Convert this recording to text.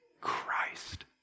Christ